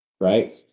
right